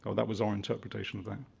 so that was our interpretation of that.